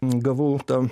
gavau tą